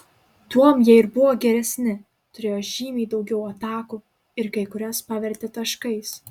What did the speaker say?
tuom jie ir buvo geresni turėjo žymiai daugiau atakų ir kai kurias pavertė taškais